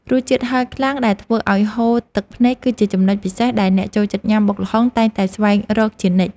រសជាតិហឹរខ្លាំងដែលធ្វើឱ្យហូរទឹកភ្នែកគឺជាចំណុចពិសេសដែលអ្នកចូលចិត្តញ៉ាំបុកល្ហុងតែងតែស្វែងរកជានិច្ច។